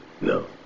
No